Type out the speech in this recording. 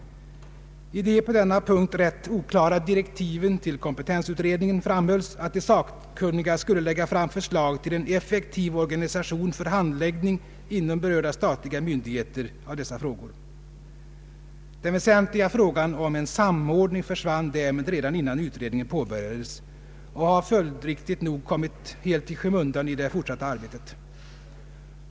I de på denna punkt rätt oklara direktiven till kompetensutredningen framhölls att de sakkunniga skulle lägga fram förslag till en effektiv organisation för handläggning av dessa frågor inom berörda statliga myndigheter. Den väsentliga frågan om en samordning försvann därmed redan innan utredningen påbörjades och har följd riktigt nog kommit helt i skymundan i det fortsatta arbetet.